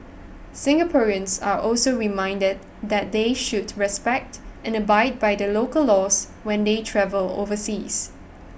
Singaporeans are also reminded that they should respect and abide by the local laws when they travel overseas